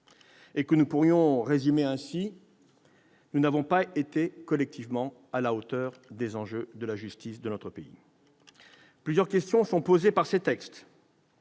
que nous pourrions résumer ainsi : nous n'avons pas été collectivement à la hauteur des enjeux rencontrés par la justice de notre pays. Plusieurs questions sont posées par ces textes